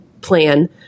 plan